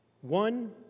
One